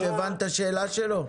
פנינה, את הבנת את השאלה שלו?